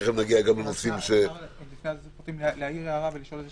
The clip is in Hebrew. ותיכף נגיע גם לנושאים --- אפשר לפני להעיר הערה ולשאול שאלה?